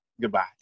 goodbye